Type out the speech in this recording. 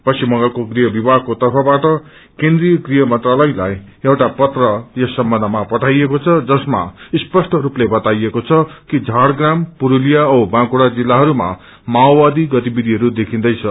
पश्चिम बंगालक्षे गृह विभागक्षे तर्फबाट केनिव्रय गृहमंत्रालयलाई एउटा चिठी यस सम्बन्धमा पठाइएको छ जसमा स्पष्ट रूपले बताइएको छ कि झाइप्राम पुरूतिया औ बाँकुङ्गा जिल्लहरूमा माओवादी गतिविषिहरू देखिन्दैछ